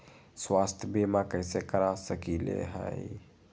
स्वाथ्य बीमा कैसे करा सकीले है?